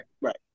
Right